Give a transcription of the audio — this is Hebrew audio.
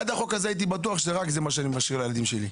עד החוק הזה הייתי בטוח שרק את זה אני משאיר לילדים שלי,